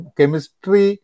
chemistry